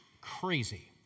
crazy